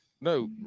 No